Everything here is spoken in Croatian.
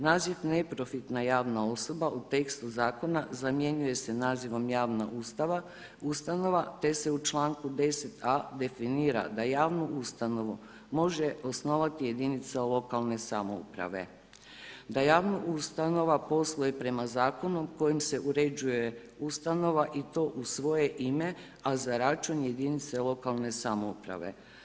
Naziv neprofitna javna osoba u tekstu zakona zamjenjuje se nazivom javna ustanova te se u članku 10.a definira da javnu ustanovu može osnovati jedinica lokalne samouprave, da javna ustanova posluje prema zakonu kojim se uređuje ustanova i to u svoje ime, a za račun jedinice lokalne samouprave.